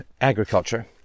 agriculture